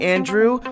Andrew